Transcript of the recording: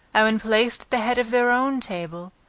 when placed at the head of their own table,